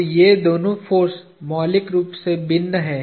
तो ये दोनों फोर्स मौलिक रूप से भिन्न हैं